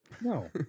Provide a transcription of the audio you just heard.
No